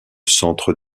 centre